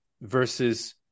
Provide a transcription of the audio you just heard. versus